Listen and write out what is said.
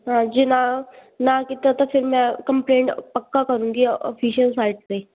ਹਾਂ ਜੇ ਨਾ ਨਾ ਕੀਤਾ ਤਾਂ ਫਿਰ ਮੈਂ ਕੰਪਲੇਂਟ ਪੱਕਾ ਕਰੂੰਗੀ ਆਫਿਸ਼ਅਲ ਸਾਈਟ 'ਤੇ